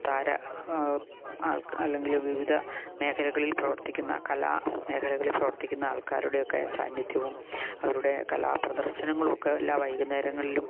താര ആൾ അല്ലെങ്കിൽ വിവിധ മേഖലകളിൽ പ്രവർത്തിക്കുന്ന കലാ മേഖലകളിൽ പ്രവർത്തിക്കുന്ന ആൾക്കാരുടെ ഒക്കെ സാന്നിധ്യവും അവരുടെ കലാ പ്രദർശനങ്ങളുവൊക്കെ എല്ലാ വൈകുന്നേരങ്ങളിലും